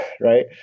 right